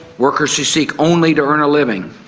workers who seek only to earn a living,